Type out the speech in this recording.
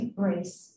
grace